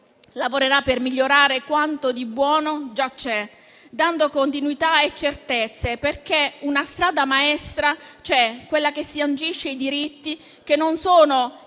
lavorerà per migliorare quanto di buono già c'è, dando continuità e certezze, perché una strada maestra c'è, quella che sancisce i diritti, che non sono